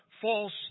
false